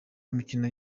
imikino